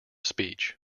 speech